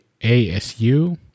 ASU